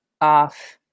off